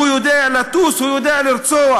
/ הוא יודע לטוס, הוא יודע לרצוח.